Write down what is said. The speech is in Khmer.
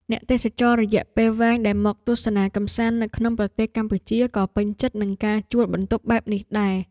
អ្នកទេសចររយៈពេលវែងដែលមកទស្សនាកម្សាន្តនៅក្នុងប្រទេសកម្ពុជាក៏ពេញចិត្តនឹងការជួលបន្ទប់បែបនេះដែរ។